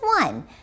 one